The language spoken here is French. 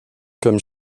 comme